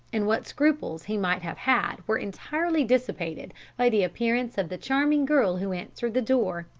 and what scruples he might have had were entirely dissipated by the appearance of the charming girl who answered the door.